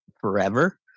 forever